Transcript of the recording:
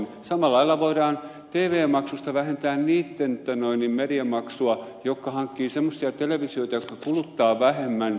samalla lailla voidaan tv maksusta vähentää niitten mediamaksua jotka hankkivat semmoisia televisioita jotka kuluttavat vähemmän